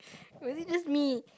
was it just me